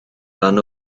rhan